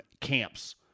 camps